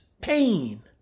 pain